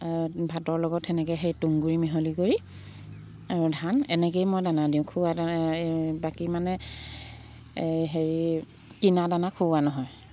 ভাতৰ লগত তেনেকৈ সেই তুঁহগুৰি মিহলি কৰি আৰু ধান এনেকেই মই দানা দিওঁ খুওৱা দানা এই বাকী মানে হেৰি কিনা দানা খুওৱা নহয়